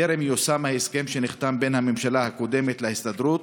טרם יושם ההסכם שנחתם בין הממשלה הקודמת להסתדרות